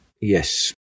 Yes